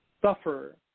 suffer